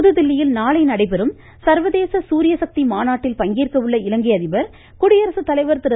புதுதில்லியில் நாளை நடைபெறும் சர்வதேச சூரியசக்தி மாநாட்டில் பங்கேற்க உள்ள இலங்கை அதிபர் குடியரசுத்தலைவர் திரு